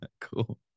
cool